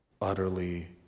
utterly